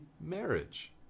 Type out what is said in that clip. marriage